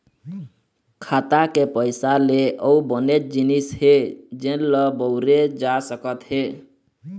खाता के पइसा ले अउ बनेच जिनिस हे जेन ल बउरे जा सकत हे